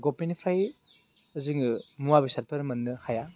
गभमेन्टनिफ्राय जोङो मुवा बेसादफोर मोननो हाया